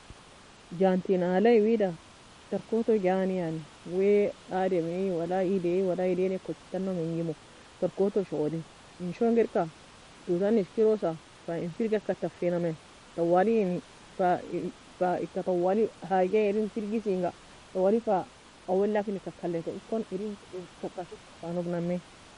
Ganti اله tarkoto ganei yani, Wae ademi ولا Eide ولا Edian kochi tana mengimo, Tarkoto shogoli en shongir ka toue tana eskirosa fa en firgika taffei nami twali en fa fa eka twali حاجة ern firgisenga twali fa اول laken eka kalatae ekon fa sokeda fa nog nami